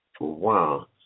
wow